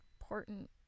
important